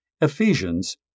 Ephesians